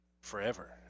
forever